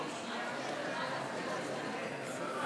כספיים וגילוי עניינים של חברי הכנסת והשרים,